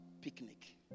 picnic